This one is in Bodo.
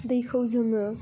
दैखौ जोङो